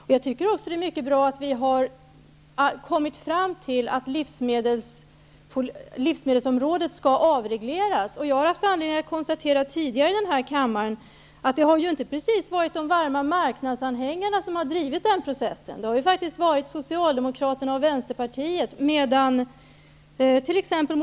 Det är också mycket bra att vi har kommit fram till att livsmedelsområdet skall avregleras. Jag har tidigare i den här kammaren haft anledning att konstatera att det inte precis har varit de varma marknadsanhängarna som har drivit den processen, utan Socialdemokraterna och Vänsterpartiet, medan t.ex.